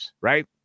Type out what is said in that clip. right